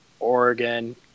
Oregon